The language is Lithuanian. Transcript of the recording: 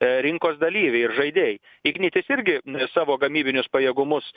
rinkos dalyviai ir žaidėjai ignitis irgi savo gamybinius pajėgumus